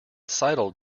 sidled